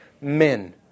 Men